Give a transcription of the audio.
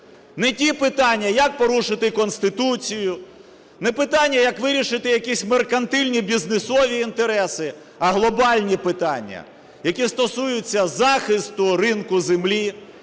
Не ті питання, як порушити Конституцію, не питання, як вирішити якісь меркантильні бізнесові інтереси, а глобальні питання, які стосуються захисту ринку землі,